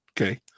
Okay